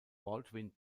baldwin